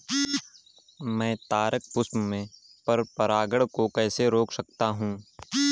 मैं तारक पुष्प में पर परागण को कैसे रोक सकता हूँ?